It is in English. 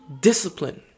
discipline